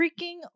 freaking